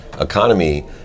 economy